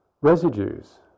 residues